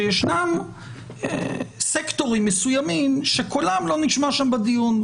שיש סקטורים מסוימים שקולם לא נשמע שם בדיון.